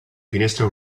finestra